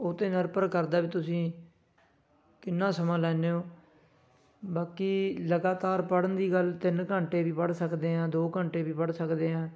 ਉਹ 'ਤੇ ਨਿਰਭਰ ਕਰਦਾ ਵੀ ਤੁਸੀਂ ਇੰਨਾ ਸਮਾਂ ਲੈਨੇ ਓ ਬਾਕੀ ਲਗਾਤਾਰ ਪੜ੍ਹਨ ਦੀ ਗੱਲ ਤਿੰਨ ਘੰਟੇ ਵੀ ਪੜ੍ਹ ਸਕਦੇ ਹਾਂ ਦੋ ਘੰਟੇ ਵੀ ਪੜ੍ਹ ਸਕਦੇ ਹਾਂ